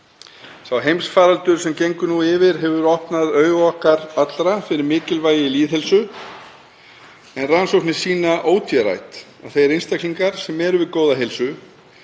Sá heimsfaraldur sem gengur nú yfir hefur opnað augu okkar allra fyrir mikilvægi lýðheilsu, en rannsóknir sýna ótvírætt að þeir einstaklingar sem eru við góða heilsu